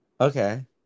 Okay